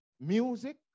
music